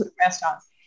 Restaurants